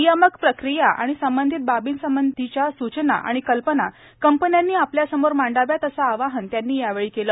नियामक प्रक्रिया आणि संबंधित बाबींबाबतच्या सूचना आणि कल्पना कंपन्यांनी आपल्यासमोर मांडाव्यात असे आवाहन त्यांनी यावेळी केले